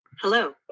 Hello